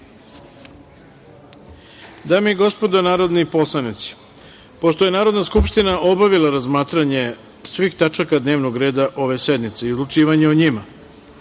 i gospodo narodni poslanici, pošto je Narodna skupština obavila razmatranje svih tačaka dnevnog reda ove sednice i odlučivanje o njima,